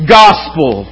gospel